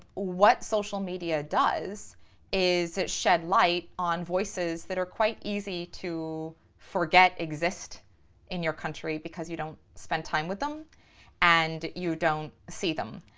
what social media does is it sheds light on voices that are quite easy to forget exist in your country because you don't spend time with them and you don't see them.